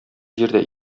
җирдә